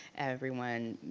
everyone,